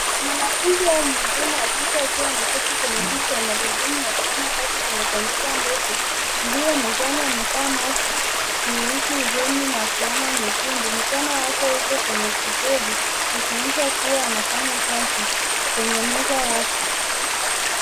Mwanafunzi au mhudumu wa kike akiwa ameketi kwenye kiti cha magurudumu na kufanya kazi kwenye kompyuta ndogo, mezani amevaa mask nyeusi usoni na fulana nyekundu. Mkono wake uko kwenye kibodi akionyesha kuwa anafanya kazi kwenye meza yake .